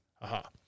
Aha